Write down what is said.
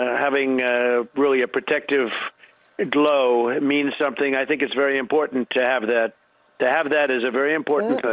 having a really a protective and glow means something. i think it's very important to have that to have that is a very important